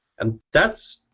and that's.